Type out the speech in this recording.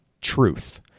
truth